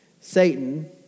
Satan